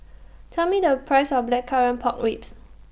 Tell Me The Price of Blackcurrant Pork Ribs